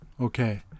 Okay